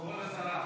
כבוד השרה.